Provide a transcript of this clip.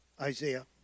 Isaiah